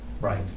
Right